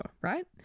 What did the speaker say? right